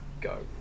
Go